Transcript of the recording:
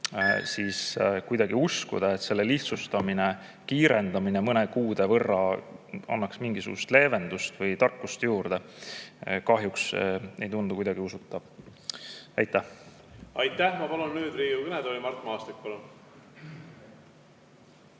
siis see, et [menetluse] lihtsustamine ja kiirendamine mõne kuu võrra annab mingisugust leevendust või tarkust juurde, kahjuks ei tundu kuidagi usutav. Aitäh! Aitäh! Ma palun Riigikogu kõnetooli Mart Maastiku.